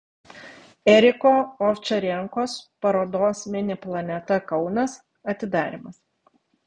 eriko ovčarenkos parodos mini planeta kaunas atidarymas